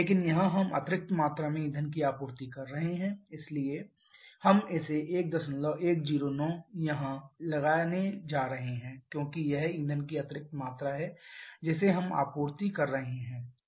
लेकिन यहां हम अतिरिक्त मात्रा में ईंधन की आपूर्ति कर रहे हैं इसलिए हम इसे 1109 यहां लगाने जा रहे हैं क्योंकि यह ईंधन की अतिरिक्त मात्रा है जिसे हम इसमें आपूर्ति कर रहे हैं